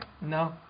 No